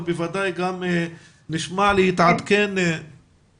אבל בוודאי להתעדכן במה שקורה.